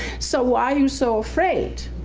so why are you so afraid,